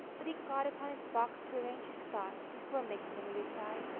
but he got upon his box to arrange his thoughts before making any reply.